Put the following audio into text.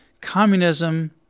communism